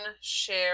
share